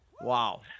Wow